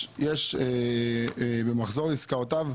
במחזור עסקאותיו,